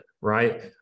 right